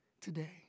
today